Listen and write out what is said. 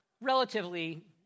relatively